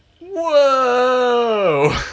Whoa